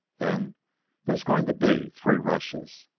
then there's going to be three rushes.